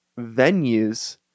venues